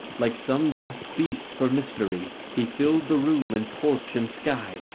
like some vast beast for mystery, he filled the room and porch and sky,